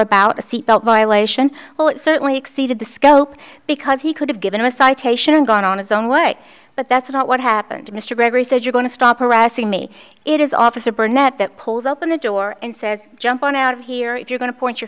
about a seatbelt violation well it certainly exceeded the scope because he could have given a citation and gone on his own way but that's not what happened to mr gregory said you're going to stop harassing me it is officer burnett that pulls up in the door and says jump on out of here if you're going to point your